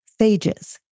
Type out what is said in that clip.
phages